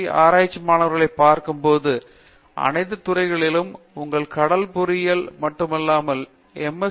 D ஆராய்ச்சி மாணவர்களைப் பார்க்கும் போது அனைத்து துறைகளிலும் உள்ள கடல் பொறியியலில் மட்டுமல்ல நீங்கள் ஒரு எம்